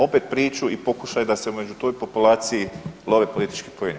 Opet priču i pokušaj da se u među toj populaciji love politički poeni.